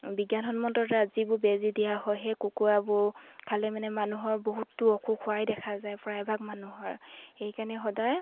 বিজ্ঞানসন্মত যিবোৰ বেজী দিয়া হয় সেই কুকুৰাবোৰ খালে মানে মানুহৰ বহুতো অসুখ হোৱাই দেখা যায় প্ৰায়ভাগ মানুহৰ সেইকাৰণে সদায়